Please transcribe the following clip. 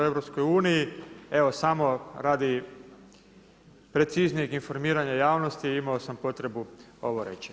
Evo samo radi preciznijeg informiranja javnosti imao sam potrebu ovo reći.